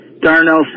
Darnell